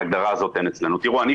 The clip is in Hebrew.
התנדבותי.